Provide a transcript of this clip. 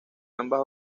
ambas